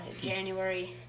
January